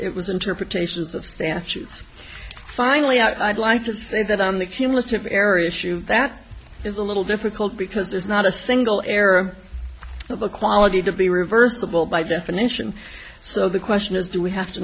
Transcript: it was interpretations of statutes finally out i'd like to say that on the cumulative area shoot that is a little difficult because there's not a single error of a quality to be reversible by definition so the question is do we have to